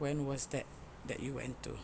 when was that that you went to